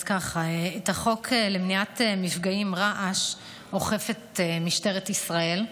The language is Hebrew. אז ככה: את החוק למניעת מפגעים רעש אוכפת משטרת ישראל,